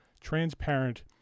transparent